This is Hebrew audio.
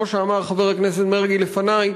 כמו שאמר חבר הכנסת מרגי לפני,